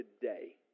today